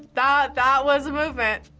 that that was a movement,